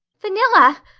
vanilla,